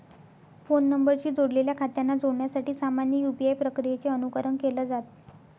phone नंबरशी जोडलेल्या खात्यांना जोडण्यासाठी सामान्य यू.पी.आय प्रक्रियेचे अनुकरण केलं जात